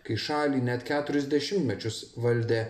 kai šalį net keturis dešimtmečius valdė